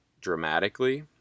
dramatically